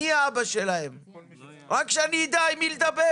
רק שאדע עם מי לדבר.